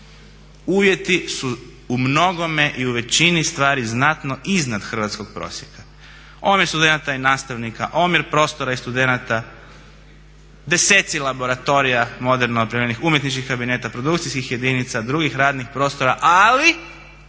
uvjeti su u mnogome i u većini stvari znatno iznad hrvatskog prosjeka. Odnos studenata i nastavnika, omjer prostora i studenata, deseci laboratorija moderno opremljenih, umjetničkih kabineta, produkcijskih jedinica, drugih radnih prostora ali